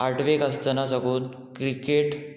आठवेक आसतना साकून क्रिकेट